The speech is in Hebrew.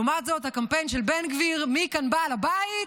לעומת זאת, הקמפיין של בן גביר: מי כאן בעל הבית,